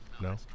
no